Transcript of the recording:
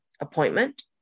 appointment